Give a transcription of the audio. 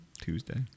Tuesday